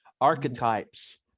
archetypes